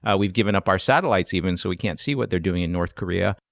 ah we've given up our satellites even, so we can't see what they're doing in north korea.